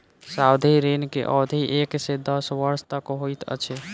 सावधि ऋण के अवधि एक से दस वर्ष तक होइत अछि